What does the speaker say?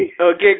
Okay